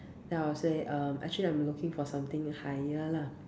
then I will say um actually I am looking for something higher lah